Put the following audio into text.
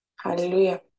Hallelujah